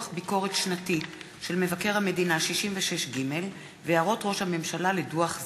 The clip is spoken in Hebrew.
דוח ביקורת שנתי של מבקר המדינה 66ג והערות ראש הממשלה לדוח זה,